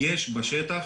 יש בשטח